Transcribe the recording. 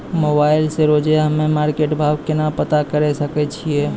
Mobile से रोजे हम्मे मार्केट भाव केना पता करे सकय छियै?